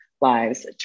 lives